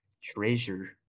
treasure